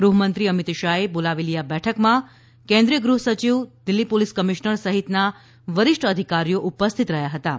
ગૃહમંત્રી અમીત શાહએ બોલાવેલી આ બેઠકમાં કેન્દ્રીય ગૃહસચિવ દિલ્ફી પોલીસ કમીશનર સહિતનાં વરિષ્ઠ અધિકારીઓ ઉપસ્થિત રહ્યા હતાં